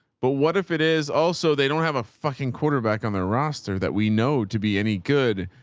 but what if it is also, they don't have a fucking quarterback on their roster that we know to be any good.